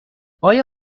آیا